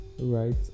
right